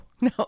No